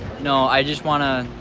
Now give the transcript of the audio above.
no, i just want to